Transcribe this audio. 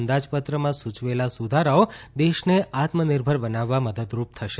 અંદાજપત્રમાં સુચવેલા સુધારાઓ દેશને આત્મનિર્ભર બનાવવા મદદરૂપ થશે